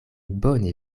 bone